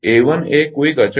એ1 એ કોઇક અચળ છે